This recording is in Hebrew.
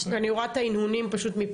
כי אני רואה את ההנהונים מפה,